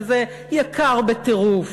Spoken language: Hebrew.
שזה יקר בטירוף,